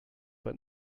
but